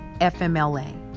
FMLA